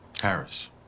Harris